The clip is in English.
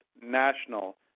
national